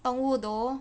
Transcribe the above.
动物 though